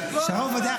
שהרב עובדיה,